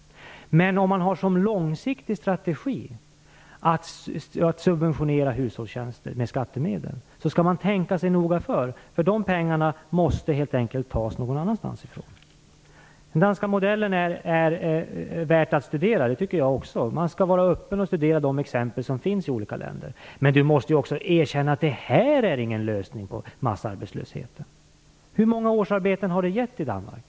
Men om man har som långsiktig strategi att subventionera hushållstjänster med skattemedel skall man tänka sig noga för, därför att de pengarna måste helt enkelt tas någon annanstans. Den danska modellen är värd att studera. Man skall vara öppen och studera de exempel som finns i olika länder. Men man måste också erkänna att det här inte är någon lösning på massarbetslösheten. Hur många årsarbeten har det gett i Danmark?